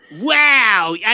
Wow